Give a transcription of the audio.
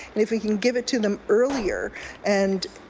and if we can give it to them earlier and